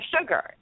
sugar